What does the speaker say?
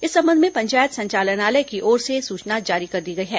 इस संबंध में पंचायत संचालनालय की ओर से सूचना जारी कर दी गई है